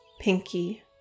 pinky